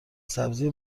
سبزی